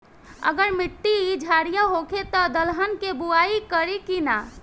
अगर मिट्टी क्षारीय होखे त दलहन के बुआई करी की न?